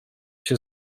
się